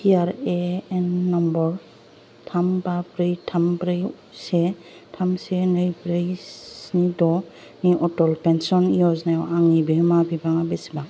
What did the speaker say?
P R A N number थाम बा ब्रै थाम ब्रै से थाम से नै ब्रै स्नि द'नि अटल पेन्सन य'जना याव आंनि बिहोमा बिबाङा बेसेबां